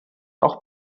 auch